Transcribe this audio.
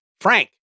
Frank